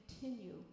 continue